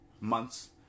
months